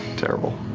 terrible.